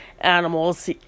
animals